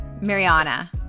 Mariana